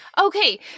Okay